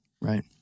right